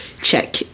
Check